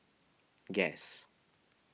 guess